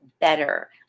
better